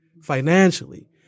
financially